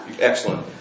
Excellent